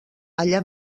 allà